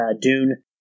Dune